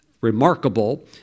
remarkable